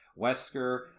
Wesker